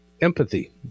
empathy